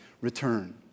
return